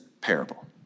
parable